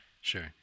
Sure